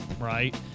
right